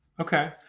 Okay